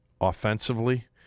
offensively